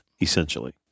essentially